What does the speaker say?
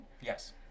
Yes